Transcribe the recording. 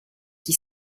qui